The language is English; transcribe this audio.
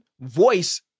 voice